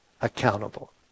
accountable